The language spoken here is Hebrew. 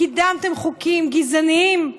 קידמתם חוקים גזעניים,